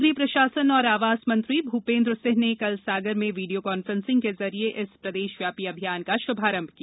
नगरीय प्रशासन और आवास मंत्री भूपेन्द्र सिंह ने कल सागर में वीडियो कॉन्फ्रेंस के जरिए इस प्रदेशव्यापी अभियान का शुभारम्भ किया